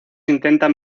intentan